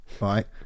right